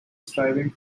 striving